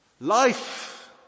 Life